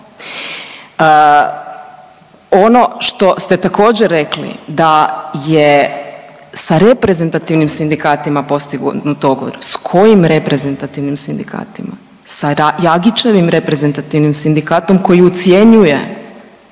Ono što ste također rekli da je sa reprezentativnim sindikatima postignut dogovor, s kojim reprezentativnim sindikatima, sa Jagićevim reprezentativnim sindikatom koji ucjenjuje,